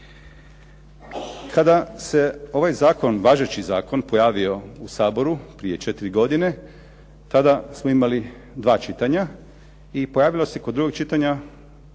Kada se ovaj zakon, važeći zakon pojavio u Saboru prije 4 godine, tada smo imali dva čitanja. I pojavilo se kod drugog čitanja,